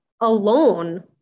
alone